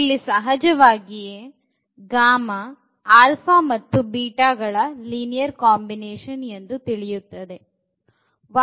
ಇಲ್ಲಿ ಸಹಜವಾಗಿಯೇ ಗಳ ರ ಲೀನಿಯರ್ ಕಾಂಬಿನೇಶನ್ ಎಂದು ತಿಳಿಯುತ್ತದೆ